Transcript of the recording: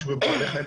שוב אני אומר,